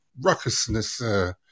ruckusness